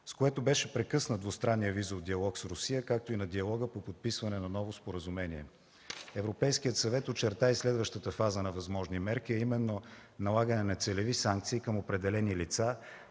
с което беше прекъснат двустранният визов диалог с Русия, както и на диалога по подписване на ново споразумение. Европейският съвет очерта и следващата фаза на възможни мерки, а именно налагане на целеви санкции към определени лица,